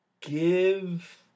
give